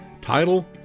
Title